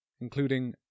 including